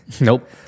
Nope